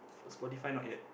Spotify not yet